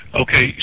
Okay